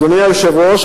אדוני היושב-ראש,